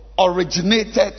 originated